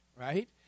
right